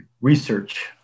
research